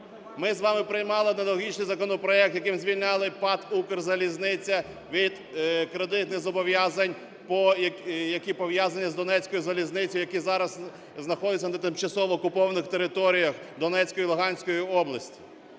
Ми з вами приймали аналогічний законопроект, яким звільняли ПАТ "Укрзалізниця" від кредитних зобов'язань, які пов'язані з Донецькою залізницею, які зараз знаходяться на тимчасово окупованих територіях Донецької і Луганської областей.